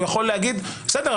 הוא יכול להגיד: בסדר,